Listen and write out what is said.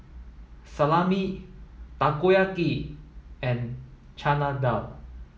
Salami Takoyaki and Chana Dal